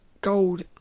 gold